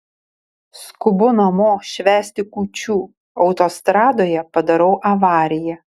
skubu namo švęsti kūčių autostradoje padarau avariją